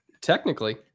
Technically